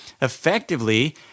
effectively